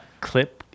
clip